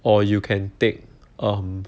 or you can take um